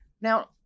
Now